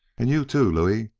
and you, too, louis.